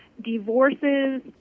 divorces